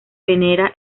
venera